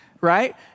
right